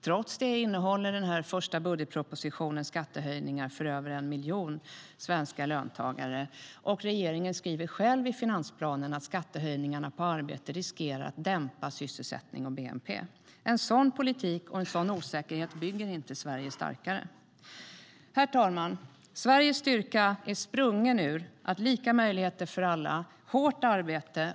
Trots det innehåller den första budgetpropositionen skattehöjningar för över en miljon svenska löntagare. Regeringen skriver själv i finansplanen att skattehöjningarna på arbete riskerar att dämpa sysselsättning och bnp. En sådan politik och en sådan osäkerhet bygger inte Sverige starkare. Herr talman! Sveriges styrka är sprungen ur lika möjligheter för alla och hårt arbete.